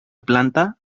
planta